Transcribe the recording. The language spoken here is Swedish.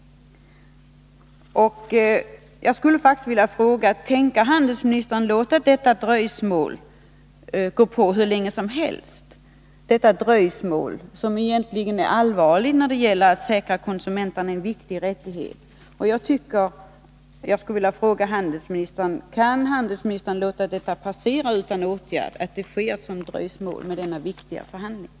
Jag skulle vilja fråga: Tänker handelsministern låta dessa förhandlingar dra ut på tiden hur länge som helst? Dröjsmålet är allvarligt, för vad det gäller är att tillförsäkra konsumenterna en viktig rättighet. Kan handelsministern förhålla sig passiv till dröjsmålet med dessa viktiga förhandlingar?